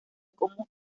como